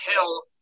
hill